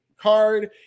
card